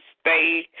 stay